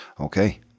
Okay